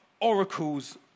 oracles